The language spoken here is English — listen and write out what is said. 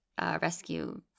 rescue